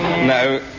No